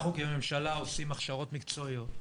אנחנו כממשלה עושים הכשרות מקצועיות,